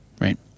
Right